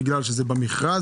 בגלל שזה במכרז,